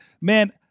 man